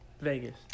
Vegas